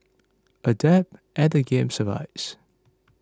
adapt and the game survives